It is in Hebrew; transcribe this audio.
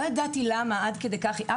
לא ידעתי עד כדי כך למה היא לא רוצה.